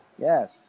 yes